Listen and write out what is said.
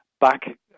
back